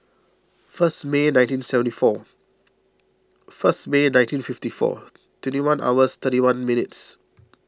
first May nineteen seventy four first May nineteen fifty four twenty one hours thirty one minutes